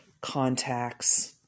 contacts